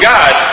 God